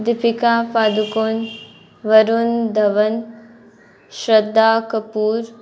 Deepika Padukone Varun Dhawan Shraddha Kapoor